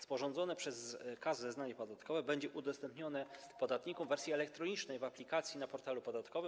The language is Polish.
Sporządzone przez KAS zeznanie podatkowe będzie udostępnione podatnikom w wersji elektronicznej w aplikacji na portalu podatkowym.